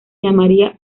llamaría